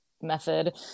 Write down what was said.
method